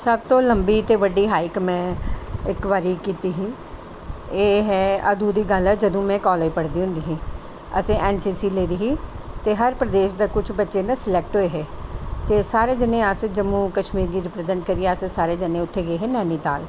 ते लम्बी ते बडी हाइक में इक एह् है अंदू दी गल्ल ऐ जंदू में काॅलैज पढदी होंदी ही आसे एनसीसी लेई दी ही ते हर प्रदेश दा कुछ बच्चे ना स्लेक्ट होऐ हे ते सारे जने अस जम्मू कशमीर गी रिप्रजेंट करियै अस सारे जने उत्थे गे हे नैनीताल